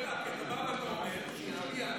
כי אתה בא ואתה אומר שיש עלייה.